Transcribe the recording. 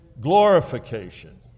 glorification